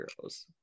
Girls